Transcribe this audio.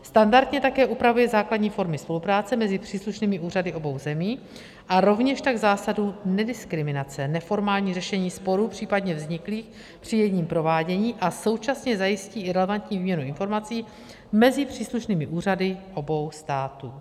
Standardně také upravuje základní formy spolupráce mezi příslušnými úřady obou zemí a rovněž tak zásadu nediskriminace, neformální řešení sporů případně vzniklých při jejím provádění a současně zajistí i relevantní míru informací mezi příslušnými úřady obou států.